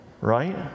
Right